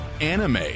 anime